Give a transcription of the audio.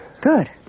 Good